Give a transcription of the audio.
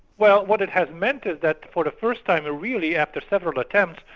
well what it has meant is that for the first time ah really after several attempts,